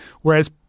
whereas